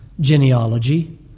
genealogy